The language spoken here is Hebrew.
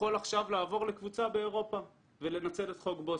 יכול עכשיו לעבור לקבוצה באירופה ולנצל את חוק בוסמן,